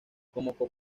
como